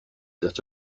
that